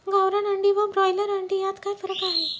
गावरान अंडी व ब्रॉयलर अंडी यात काय फरक आहे?